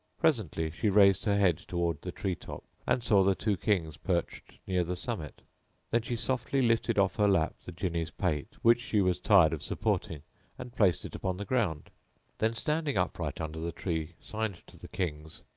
presently she raised her head towards the tree top and saw the two kings perched near the summit then she softly lifted off her lap the jinni's pate which she was tired of supporting and placed it upon the ground then standing upright under the tree signed to the kings,